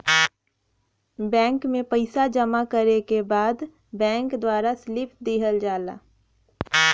bank में पइसा जमा करे के बाद बैंक द्वारा स्लिप दिहल जाला